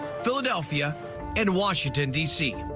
philadelphia and washington d c.